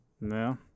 No